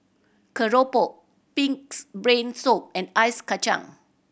keropok Pig's Brain Soup and ice kacang